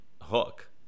hook